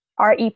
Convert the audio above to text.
REP